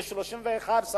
יש 31 שרים.